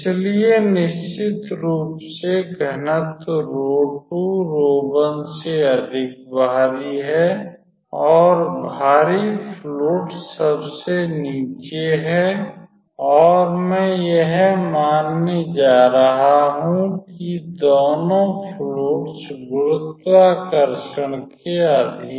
इसलिए निश्चित रूप से घनत्व 𝝆2 𝝆1 से अधिक भारी है भारी फ्लुइड सबसे नीचे है और मैं यह मानने जा रहा हूं कि दोनों फ्लुइड्स गुरुत्वाकर्षण के अधीन हैं